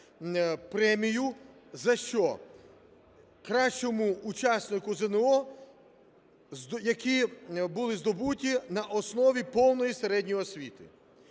премію за що: кращому учаснику ЗНО, які були здобуті на основі повної середньої освіти.